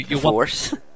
Force